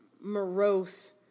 morose